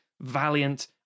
Valiant